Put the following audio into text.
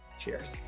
Cheers